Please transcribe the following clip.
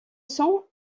sang